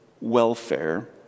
welfare